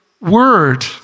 word